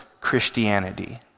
Christianity